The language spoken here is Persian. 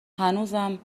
هنوزم